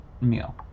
meal